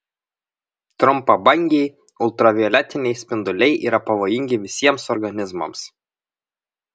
trumpabangiai ultravioletiniai spinduliai yra pavojingi visiems organizmams